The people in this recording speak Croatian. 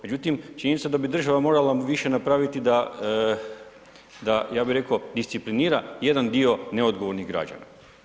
Međutim, činjenica da bi država morala više napraviti da ja bi rekao disciplinira jedan dio neodgovornih građana.